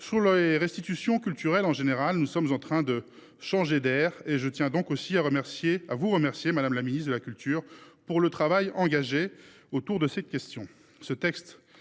Sur les restitutions culturelles en général, nous sommes en train de changer d’ère. Je tiens donc aussi à remercier Mme la ministre de la culture du travail engagé autour de cette question.